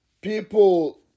people